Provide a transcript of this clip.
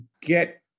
get